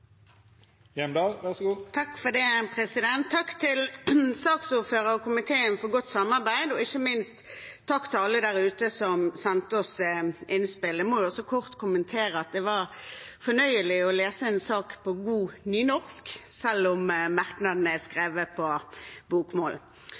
Takk til saksordføreren og komiteen for et godt samarbeid, og ikke minst takk til alle der ute som sendte oss innspill. Jeg må også kort få kommentere at det var fornøyelig å lese en sak på godt nynorsk, selv om merknadene